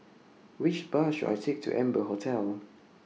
Which Bus should I Take to Amber Hotel